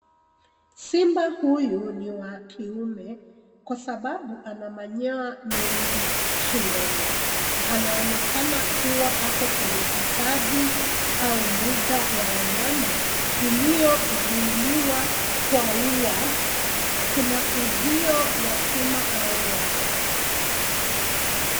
Simba huyu ni wa kiume kwa sababu ana manyoya me go shingoni. Anaonekana kuwa ako kwenye hifadhi au mbuga ya wanyama iliyozuiliwa kwa ya. Kuna uzio wa chuma au waya.